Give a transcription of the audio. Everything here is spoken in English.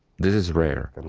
this is rare. and